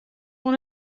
oan